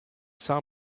saw